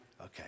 Okay